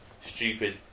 stupid